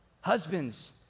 Husbands